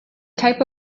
type